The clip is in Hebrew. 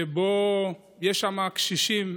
שבו יש קשישים,